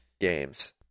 Games